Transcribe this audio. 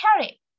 carry